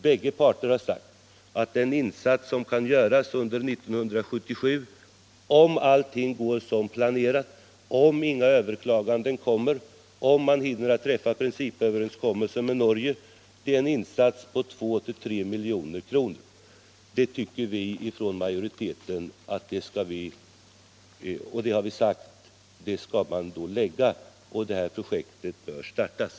Bägge parter har sagt att den insats som kan göras 1977 om allting går som planerat, dvs. om inga överklaganden görs och man hinner träffa principöverenskommelse med Norge, slutar på 2-3 milj.kr. Vi har i utskottsmajoriteten sagt att man skall anslå dessa medel och att projektet bör startas.